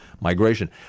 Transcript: migration